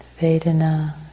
Vedana